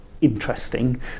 interesting